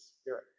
spirit